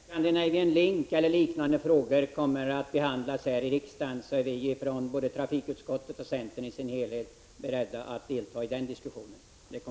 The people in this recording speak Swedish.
Herr talman! När frågan om Scandinavian Link och liknande frågor skall behandlas i riksdagen kommer vi från centerns sida, såväl trafikutskottets ledamöter som övriga, vara beredda att delta i diskussionen.